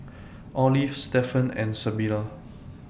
Olive Stephen and Sybilla